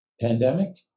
pandemic